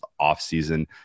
offseason